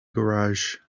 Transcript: garage